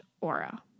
aura